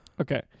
Okay